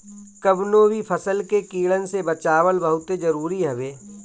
कवनो भी फसल के कीड़न से बचावल बहुते जरुरी हवे